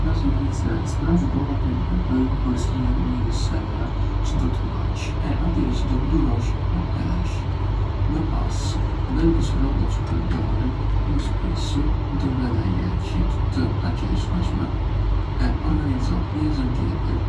Para së gjithsè, zbraz dollapin e bëj një përzgjedhje midis sedhéve që do të mbash e atyre që do të dhurosh o hedhësh. Më pas, vendos rrobat që përdoren më shpissu ndë vedhé lehtësisht të aksesueshme e organizo pjesën tjetër